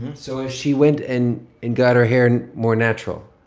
so if she went and and got her hair and more natural.